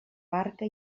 barca